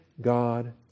God